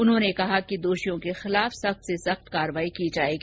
उन्होंने कहा कि दोषियों के खिलाफ सख्त से सख्त कार्यवाही की जायेगी